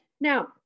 now